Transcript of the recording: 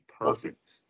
perfect